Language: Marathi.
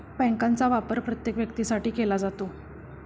बँकांचा वापर प्रत्येक व्यक्तीसाठी केला जातो